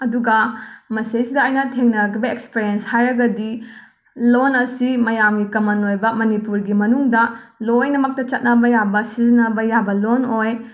ꯑꯗꯨꯒ ꯃꯁꯤꯗꯩꯁꯤꯗ ꯑꯩꯅ ꯊꯦꯡꯅꯔꯛꯄ ꯑꯦꯛꯁꯄꯔꯦꯟꯁ ꯍꯥꯏꯔꯒꯗꯤ ꯂꯣꯟ ꯑꯁꯤ ꯃꯌꯥꯝꯒꯤ ꯀꯃꯟ ꯑꯣꯏꯕ ꯃꯅꯤꯄꯨꯔꯒꯤ ꯃꯅꯨꯡꯗ ꯂꯣꯏꯅꯃꯛꯇ ꯆꯠꯅꯕ ꯌꯥꯕ ꯁꯤꯖꯤꯟꯅꯕ ꯌꯥꯕ ꯂꯣꯟ ꯑꯣꯏ